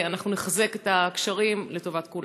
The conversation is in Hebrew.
אנחנו נחזק את הקשרים לטובת כולם.